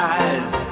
eyes